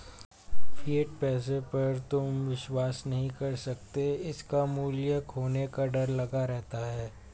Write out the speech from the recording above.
fiat पैसे पर तुम विश्वास नहीं कर सकते इसका मूल्य खोने का डर लगा रहता है